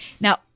now